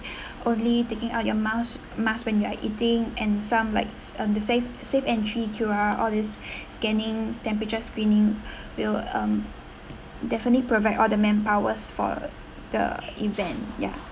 only taking out your mouse mask when you are eating and some like um the safe safe entry Q_R all these scanning temperature screening we'll um definitely provide all the manpower for the event ya